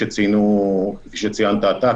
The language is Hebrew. כפי שציינת אתה,